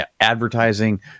advertising